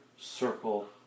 Circle